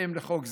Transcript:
בהתאם לחוק זה.